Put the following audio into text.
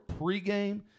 pregame